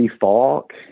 Falk